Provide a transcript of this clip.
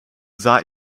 sah